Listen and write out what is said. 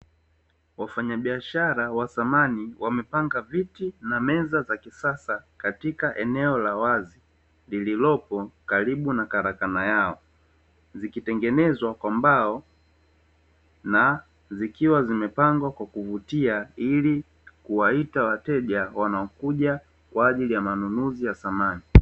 Wafanyabiashara wa samani wamepanga viti na meza za kisasa katika eneo la wazi lililopo karibu na karakana yao, zikitengenezwa kwa mbao na zikiwa zimepangwa kwa kuvutia, ili kuwaita wateja wanaokuja kwa ajili ya manunuzi ya samani.